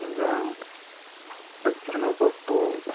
ఇంకా పచ్చి శెనగ పప్పు